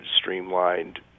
streamlined